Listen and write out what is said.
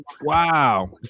Wow